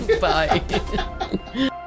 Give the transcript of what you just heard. Bye